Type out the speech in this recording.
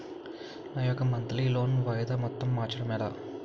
నా యెక్క monthly loan వాయిదా మొత్తం మార్చడం ఎలా?